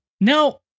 Now